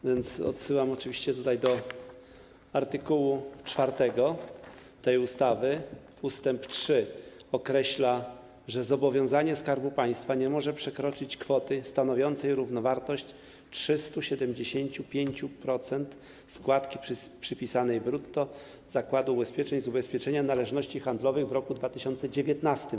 A więc odsyłam oczywiście do art. 4 tej ustawy, ust. 3 określa, że zobowiązanie Skarbu Państwa nie może przekroczyć kwoty stanowiącej równowartość 375% składki przypisanej brutto zakładu ubezpieczeń z ubezpieczenia należności handlowych w roku 2019.